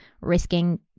risking